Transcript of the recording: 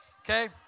Okay